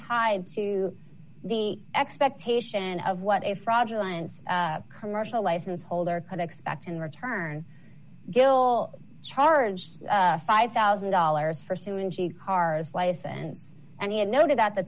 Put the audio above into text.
tied to the expectation of what a fraudulent commercial license holder could expect in return gill charged five thousand dollars for suman she car's license and he had noted at the